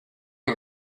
you